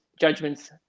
judgments